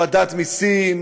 הורדת מסים,